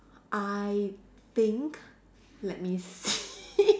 I think let me see